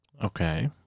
Okay